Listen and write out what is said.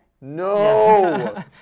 No